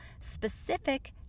specific